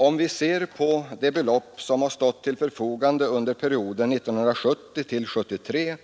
Om vi ser på det belopp som har stått till förfogande under perioden 1970-1973